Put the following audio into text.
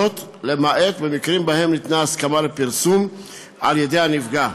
למעט במקרים שבהם ניתנה הסכמה לפרסום על-ידי הנפגע.